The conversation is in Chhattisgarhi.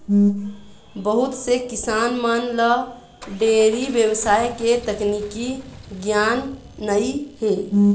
बहुत से किसान मन ल डेयरी बेवसाय के तकनीकी गियान नइ हे